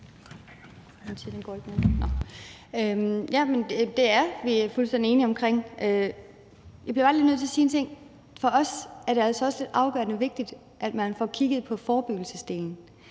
Det er vi fuldstændig enige omkring. Jeg bliver bare lige nødt til at sige en ting. For os er det altså også lidt afgørende vigtigt, at man får kigget på forebyggelsesdelen,